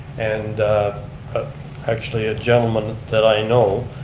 and actually a gentleman that i know,